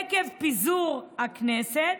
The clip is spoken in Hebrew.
עקב פיזור הכנסת,